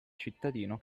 cittadino